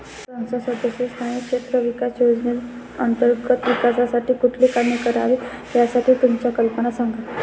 संसद सदस्य स्थानिक क्षेत्र विकास योजने अंतर्गत विकासासाठी कुठली कामे करावीत, यासाठी तुमच्या कल्पना सांगा